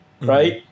Right